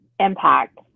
impact